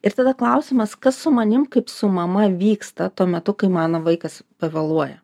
ir tada klausimas kas su manim kaip su mama vyksta tuo metu kai mano vaikas pavėluoja